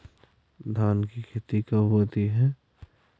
धान की खेती कब होती है?